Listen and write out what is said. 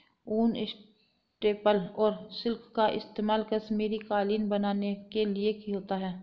ऊन, स्टेपल और सिल्क का इस्तेमाल कश्मीरी कालीन बनाने के लिए होता है